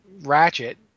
Ratchet